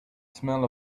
smell